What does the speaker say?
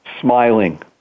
smiling